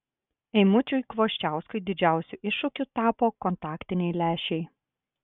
eimučiui kvoščiauskui didžiausiu iššūkiu tapo kontaktiniai lęšiai